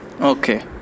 Okay